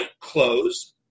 close